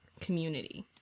community